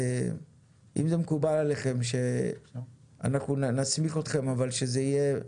אם זה מקובל עליכם שאנחנו נסמיך אתכם אבל שזה יהיה,